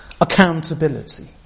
Accountability